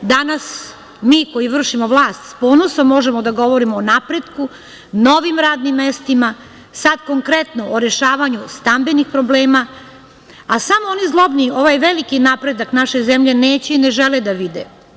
Danas mi koji vršimo vlast s ponosom možemo da govorimo o napretku, novim radnim mestima, sad konkretno o rešavanju stambenih problema, a samo oni zlobni, ovaj veliki napredak naše zemlje neće i ne žele da vide.